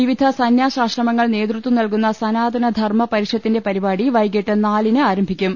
വിവിധ സന്യാസാശ്രമങ്ങൾ നേതൃത്വം നൽകുന്ന സനാതന ധർമ പരിഷത്തിന്റെ പരിപാടി വൈകീട്ട് നാലിന് ആരംഭിക്കും